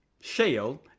Shale